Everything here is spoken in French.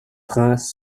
trains